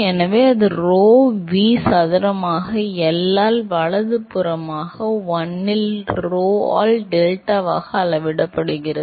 எனவே அது rho V சதுரமாக L ஆல் வலதுபுறமாக 1 ல் Rho ஆல் டெல்டாவாக அளவிடப்படுகிறது